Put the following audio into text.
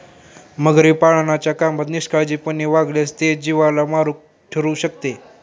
मगरी पाळण्याच्या कामात निष्काळजीपणाने वागल्यास ते जीवाला मारक ठरू शकते